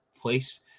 place